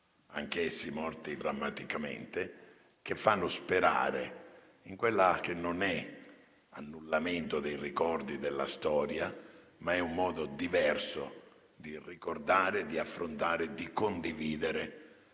insieme a Iaio Iannucci, fanno sperare in quello che non è annullamento dei ricordi della storia, ma un modo diverso di ricordare, di affrontare e di condividere